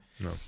No